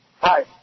Hi